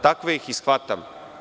Takve ih i shvatam.